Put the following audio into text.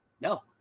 No